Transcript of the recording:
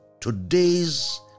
today's